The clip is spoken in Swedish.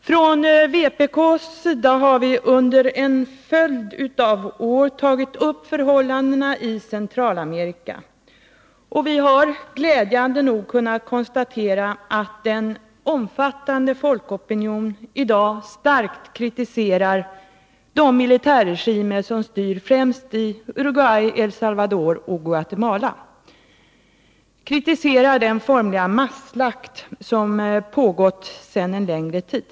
Från vpk:s sida har vi under en följd av år tagit upp förhållandena i Centralamerika, och vi har glädjande nog kunnat konstatera att en omfattande folkopinion i dag starkt kritiserar de militärregimer som styr främst i Uruguay, El Salvador och Guatemala. Man kritiserar den formliga masslakt som har pågått sedan en längre tid.